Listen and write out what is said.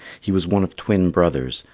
he was one of twin brothers,